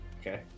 Okay